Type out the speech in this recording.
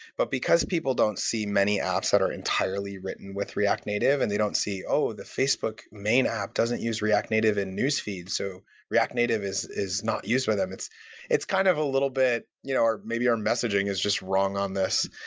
but because people don't see many apps that are entirely written with react native and they don't see, oh! the facebook main app doesn't use react native in newsfeed, so react native is is not used by them. it's it's kind of a little bit you know or maybe our messaging is just wrong on this,